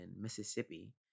Mississippi